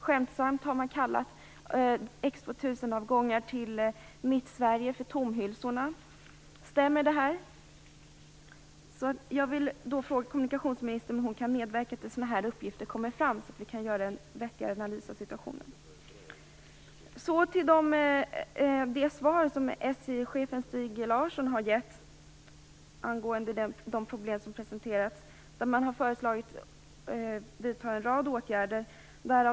Skämtsamt har man kallat Stämmer det? Jag vill fråga kommunikationsministern om hon kan medverka till att sådana uppgifter kommer fram, så att vi kan göra en vettigare analys av situationen. Så till det svar som SJ-chefen Stig Larsson har givit angående de problem som presenterats. Man har föreslagit en rad åtgärder.